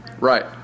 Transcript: Right